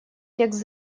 текст